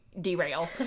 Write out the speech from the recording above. derail